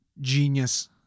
genius